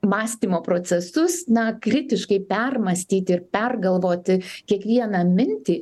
mąstymo procesus na kritiškai permąstyti pergalvoti kiekvieną mintį